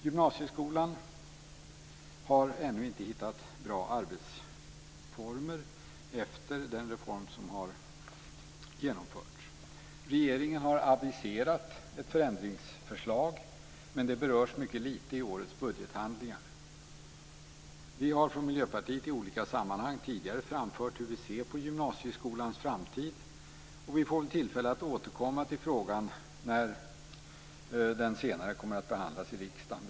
Gymnasieskolan har ännu inte hittat bra arbetsformer efter den reform som genomförts. Regeringen har aviserat ett förändringsförslag, men det berörs mycket litet i årets budgethandlingar. Vi har från Miljöpartiet i olika sammanhang tidigare framfört hur vi ser på gymnasieskolans framtid, och vi får väl tillfälle att återkomma till frågan när den senare kommer att behandlas i riksdagen.